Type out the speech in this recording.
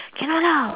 cannot lah